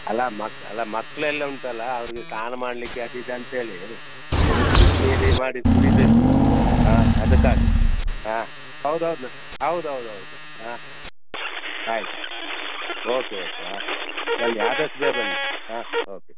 ಅಲ್ಲ ಮಕ್ ಅಲ್ಲ ಮಕ್ಕಳೆಲ್ಲ ಉಂಟಲ್ಲ ಅವರಿಗೆ ಸ್ನಾನ ಮಾಡಲಿಕ್ಕೆ ಅದು ಇದು ಅಂಥೇಳಿ ಬಿಸಿ ನೀರೇ ಮಾಡಿ ಕುಡಿಬೇಕು ಹಾಂ ಅದಕ್ಕಾಗಿ ಹಾಂ ಹೌದು ಹೌದು ಹೌದು ಹೌದು ಹೌದು ಹಾಂ ಆಯಿತು ಓಕೆ ಓಕೆ ಹಾಂ ಬನ್ನಿ ಆದಷ್ಟು ಬೇಗ ಬನ್ನಿ ಹಾಂ ಓಕೆ